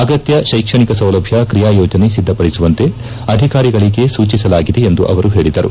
ಅಗತ್ತ ತೈಕ್ಷಣಿಕ ಸೌಲಭ್ಞ ಕ್ರಿಯಾ ಯೋಜನೆ ಸಿದ್ಧಪಡಿಸುವಂತೆ ಅಧಿಕಾರಿಗಳಿಗೆ ಸೂಚಿಸಲಾಗಿದೆ ಎಂದು ಅವರು ಹೇಳಿದರು